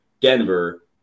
Denver